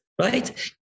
right